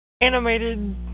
animated